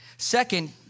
Second